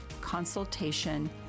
consultation